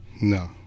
No